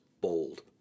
bold